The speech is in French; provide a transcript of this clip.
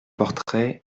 portrait